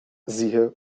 siehe